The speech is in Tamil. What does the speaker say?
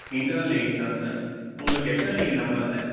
இன்டர்னல் எயிட் தான் சார் உங்களுக்கு எக்ஸ்டர்னல் நீங்கள் ந எவ்வளோ ந